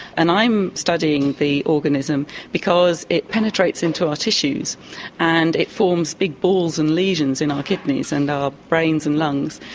i'm studying the organism because it penetrates into our tissues and it forms big balls and lesions in our kidneys, and our brains and lungs,